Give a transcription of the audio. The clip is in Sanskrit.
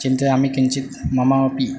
चिन्तयामि किञ्चित् मम अपि